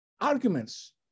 arguments